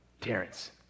Terrence